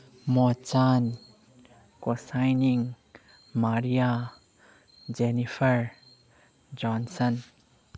ꯃꯣꯆꯥꯟ ꯀꯣꯁꯥꯏꯅꯤꯡ Maria Jennifer Johnson